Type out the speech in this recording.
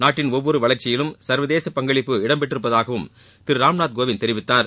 நாட்டின் ஒவ்வொரு வளர்ச்சியிலும் சர்வதேச பங்களிப்பு இடம்பெற்றிருப்பதாகவும் திரு ராம்நாத் கோவிந்த் தெரிவித்தார்